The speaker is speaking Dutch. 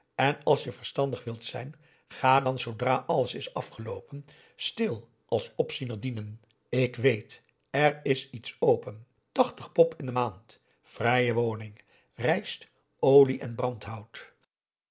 en als je verstandig wilt zijn ga dan zoodra alles is afgeloopen stil als opziener dienen ik weet er is iets open tachtig pop in de maand vrije woning rijst olie en brandhout